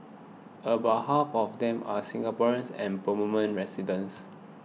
about half of them are Singaporeans and permanent residents